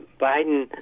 Biden